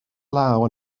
law